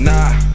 Nah